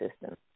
system